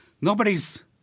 nobody's